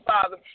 Father